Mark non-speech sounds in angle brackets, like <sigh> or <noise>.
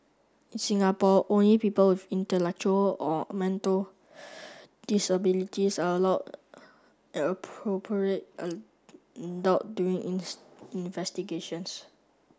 in Singapore only people with intellectual or mental <noise> disabilities are allowed an appropriate adult during <unintelligible> investigations